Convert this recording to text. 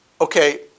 okay